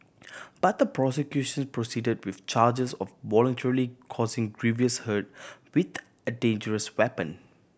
but the prosecution proceeded with charges of voluntarily causing grievous hurt with a dangerous weapon